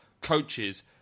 coaches